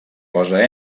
posa